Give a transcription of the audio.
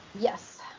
Yes